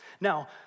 Now